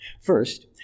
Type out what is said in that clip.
First